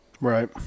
right